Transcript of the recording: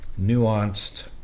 nuanced